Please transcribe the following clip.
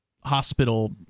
hospital